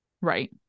right